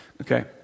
Okay